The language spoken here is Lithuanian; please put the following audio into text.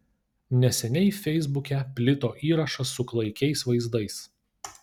neseniai feisbuke plito įrašas su klaikiais vaizdais